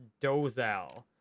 Dozal